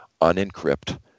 unencrypt